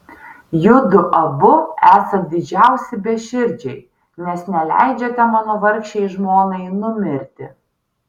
judu abu esat didžiausi beširdžiai nes neleidžiate mano vargšei žmonai numirti